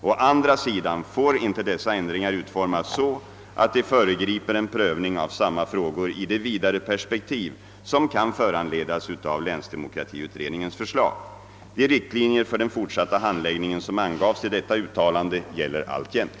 Å andra sidan får inte dessa ändringar utformas så, att de föregriper en prövning av samma frågor i det vidare perspektiv, som kan föranledas av länsdemokratiutredningens förslag.» De riktlinjer för den fortsatta handläggningen som angavs i detta uttalande gäller alltjämt.